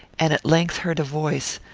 and at length heard a voice,